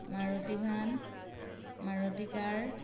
Maruti van Maruti car